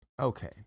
Okay